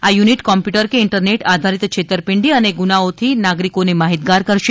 આ unit computer કે internet આધારિત છેતરપિંડી અને ગુનાઓથી નાગરિકોને માહિતગાર કરશે